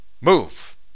Move